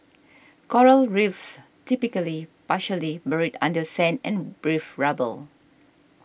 coral Reefs typically partially buried under sand and reef rubble